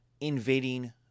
invading